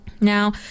Now